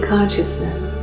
Consciousness